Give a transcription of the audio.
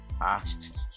asked